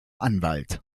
anwalt